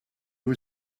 who